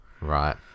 Right